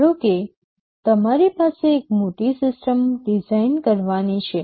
ધારો કે તમારી પાસે એક મોટી સિસ્ટમ ડિઝાઇન કરવાની છે